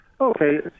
Okay